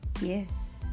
Yes